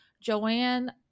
Joanne